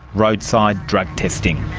roadside drug testing.